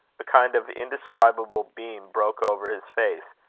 a kind of indescribable beam broke over his face,